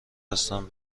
هستم